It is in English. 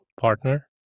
partner